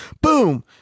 Boom